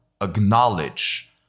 acknowledge